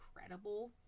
incredible